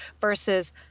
versus